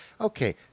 Okay